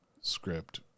script